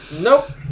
Nope